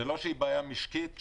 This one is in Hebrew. זאת לא בעיה משקית.